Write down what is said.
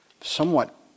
somewhat